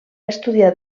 estudiar